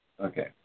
okay